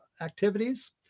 activities